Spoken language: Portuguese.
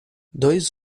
dois